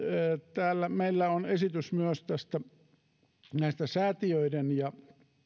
täällä meillä on esitys myös näistä säätiöiden ja